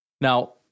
Now